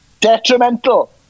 Detrimental